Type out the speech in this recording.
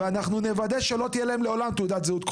ואנחנו נוודא שלא תהיה להם לעולם תעודת זהות כחולה,